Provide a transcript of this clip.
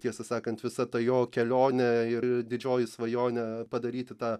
tiesą sakant visa ta jo kelionė ir didžioji svajonė padaryti tą